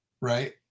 right